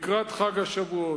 לקראת חג השבועות.